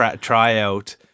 tryout